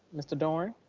mr. doran.